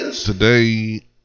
Today